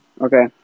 okay